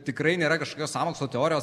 tikrai nėra kažkokios sąmokslo teorijos